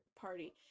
party